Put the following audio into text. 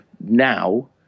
now